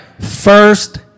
first